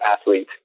athlete